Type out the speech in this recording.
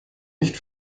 nicht